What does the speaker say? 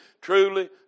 truly